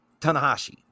Tanahashi